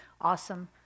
awesome